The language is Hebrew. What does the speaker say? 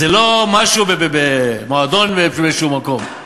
זה לא משהו במועדון באיזה מקום.